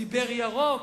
הוא דיבר ירוק,